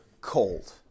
cold